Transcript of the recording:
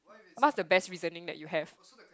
what's the best reasoning that you have